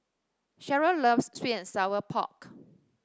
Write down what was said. Sherryl loves sweet and Sour Pork